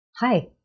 Hi